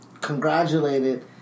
Congratulated